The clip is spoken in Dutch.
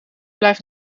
blijft